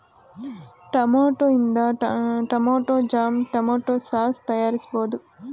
tomato ಇಂದ tomato jam, tomato sauce ತಯಾರಿಸಬೋದು